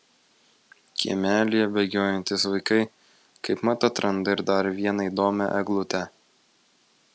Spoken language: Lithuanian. kiemelyje bėgiojantys vaikai kaip mat atranda ir dar vieną įdomią eglutę